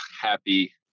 happy